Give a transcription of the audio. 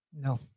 no